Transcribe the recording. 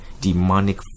demonic